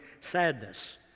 sadness